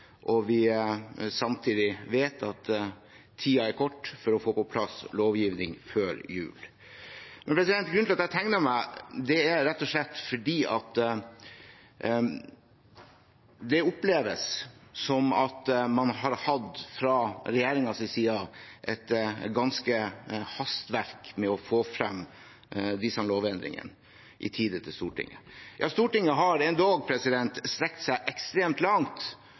og vi samtidig vet at tiden er kort for å få på plass lovgivning før jul. Grunnen til at jeg tegnet meg, er rett og slett at det oppleves som at man fra regjeringens side har hatt ganske mye hastverk med å få frem disse lovendringene i tide til Stortinget. Ja, Stortinget har endog strukket seg ekstremt langt